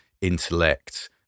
intellect